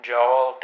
Joel